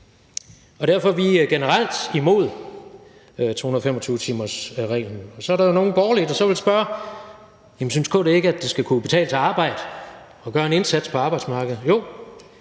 og derfor er vi generelt imod 225-timersreglen. Så er der jo nogle borgerlige, der så vil spørge: Jamen synes KD ikke, at det skal kunne betale sig at arbejde og gøre en indsats på arbejdsmarkedet? Jo,